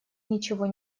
ничего